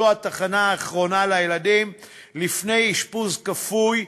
זו התחנה האחרונה לילדים לפני אשפוז כפוי.